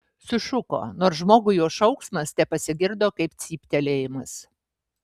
sušuko nors žmogui jo šauksmas tepasigirdo kaip cyptelėjimas